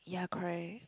ya correct